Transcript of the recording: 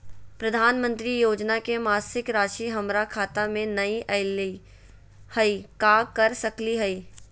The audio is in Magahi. प्रधानमंत्री योजना के मासिक रासि हमरा खाता में नई आइलई हई, का कर सकली हई?